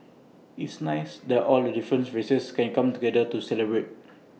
it's nice that all the different races can come together to celebrate